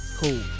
cool